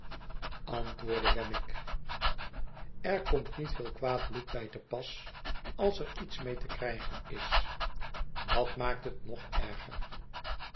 antwoordde wemmick er komt niet veei kwaad bloed bij te pas als er iets mee te krijgen is dat maakt het nog erger